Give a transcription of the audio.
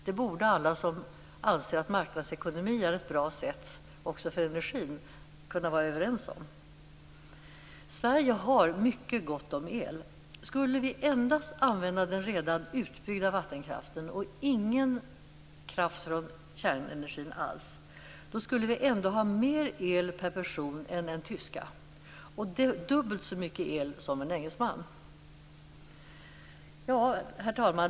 Det borde alla som anser att marknadsekonomi är bra också för energin kunna vara överens om. Sverige har mycket gott om el. Skulle vi endast använda den redan utbyggda vattenkraften och ingen kraft alls från kärnenergin skulle vi ändå ha mer el per person än en tysk och dubbelt så mycket el som en engelsman. Herr talman!